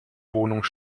wohnung